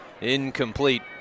Incomplete